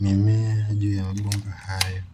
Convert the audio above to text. mimea juu ya mabomba hayo.